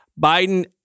Biden